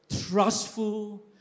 trustful